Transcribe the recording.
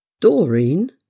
Doreen